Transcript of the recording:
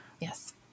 Yes